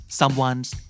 someone's